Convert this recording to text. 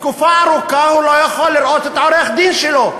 תקופה ארוכה הוא לא יכול לראות את העורך-דין שלו.